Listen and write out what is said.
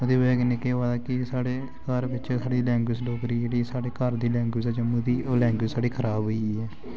एह्दा बज़ह् कन्नै केह् होआ दा के साढ़े घऱ बिच्च साढ़ी लैंग्वेज़ डोगरी जेह्ड़ी साढ़े घर दी लैंग्वेज़ ऐ जम्मू दी ओह् लैंग्वेज़ साढ़ी खराब होई गेई ऐ